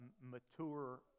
mature